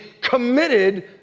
committed